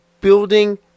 building